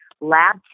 lab